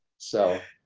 so,